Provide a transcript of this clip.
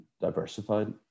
diversified